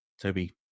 Toby